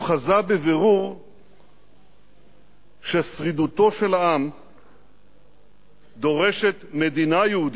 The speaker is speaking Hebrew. הוא חזה בבירור ששרידותו של העם דורשת מדינה יהודית,